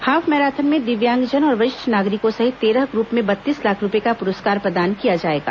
half marathon में दिव्यांगजन और वरिष्ठ नागरिकों सहित तेरह ग्रुप में बत्तीस लाख रूपए का प्रस्कार प्रदान किया जाएगा